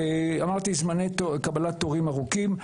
אמרתי: זמני קבלת תורים ארוכים.